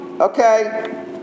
Okay